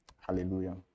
Hallelujah